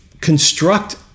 construct